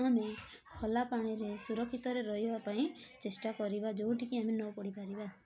ଆମେ ଖୋଲା ପାଣିରେ ସୁରକ୍ଷିତରେ ରହିବା ପାଇଁ ଚେଷ୍ଟା କରିବା ଯେଉଁଠି କି ଆମେ ନ ପଡ଼ିପାରିବା